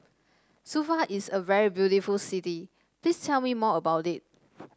Suva is a very beautiful city Please tell me more about it